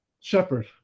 Shepherd